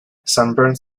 sunburns